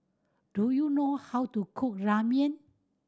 do you know how to cook Ramen